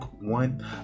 one